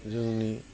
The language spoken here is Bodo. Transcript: जोंनि